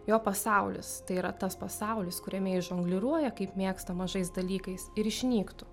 jo pasaulis tai yra tas pasaulis kuriame jis žongliruoja kaip mėgsta mažais dalykais ir išnyktų